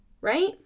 right